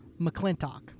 McClintock